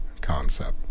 concept